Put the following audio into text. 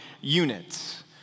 units